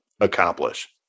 accomplish